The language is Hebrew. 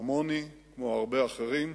כמוני וכמו הרבה אחרים,